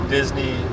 Disney